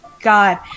god